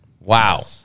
wow